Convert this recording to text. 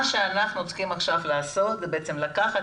מה שאנחנו צריכים עכשיו לעשות זה בעצם לקחת